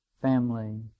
family